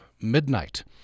Midnight